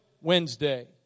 Wednesday